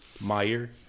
Meyer